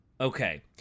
Okay